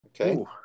okay